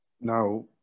Now